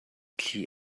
thli